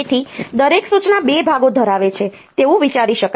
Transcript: તેથી દરેક સૂચના 2 ભાગો ધરાવે છે તેવું વિચારી શકાય